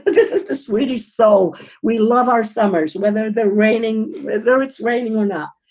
but this is the swedish. so we love our summers, whether they're raining, whether it's raining or not.